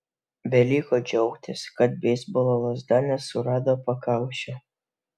beliko džiaugtis kad beisbolo lazda nesurado pakaušio